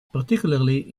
particularly